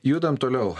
judam toliau